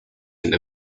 into